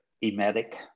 emetic